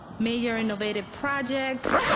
major innovative project,